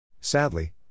Sadly